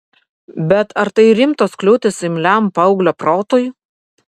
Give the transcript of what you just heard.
bet ar tai rimtos kliūtys imliam paauglio protui